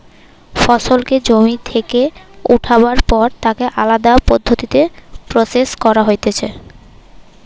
ফসলকে জমি থেকে উঠাবার পর তাকে আলদা পদ্ধতিতে প্রসেস করা হতিছে